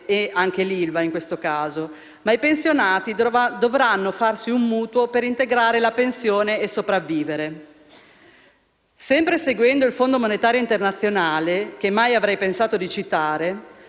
e anche l'ILVA in questo caso, ma i pensionati dovranno accendere un mutuo per integrare la pensione e sopravvivere. Sempre seguendo il Fondo monetario internazionale (che mai avrei pensato di citare),